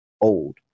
old